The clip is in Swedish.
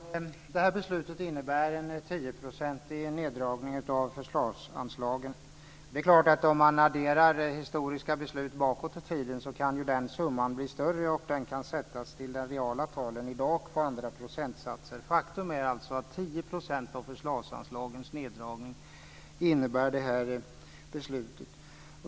Fru talman! Det här beslutet innebär en 10 procentig neddragning av försvarsanslagen. Det är klart att den procentsatsen blir större om man till dagens tal adderar historiska beslut bakåt i tiden. Faktum är att det här beslutet innebär 10 % neddragning av försvarsanslagen.